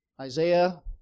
Isaiah